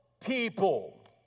people